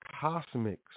Cosmic's